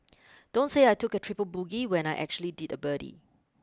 don't say I took a triple bogey when I actually did a birdie